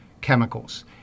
chemicals